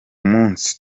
munsi